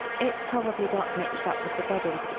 it probably got mixed up with the bedding.